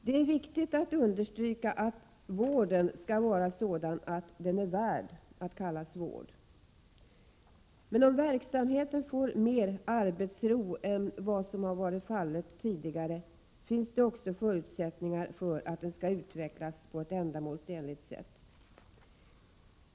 Det är viktigt att understryka att vården skall vara sådan att den är värd att kallas vård. Men om verksamheten får mer arbetsro än vad som tidigare har varit fallet, finns det också förutsättningar för att den skall utvecklas på ett ändamålsenligt sätt.